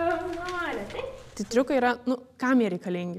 šaunuolė taip tie triukai yra nu kam jie reikalingi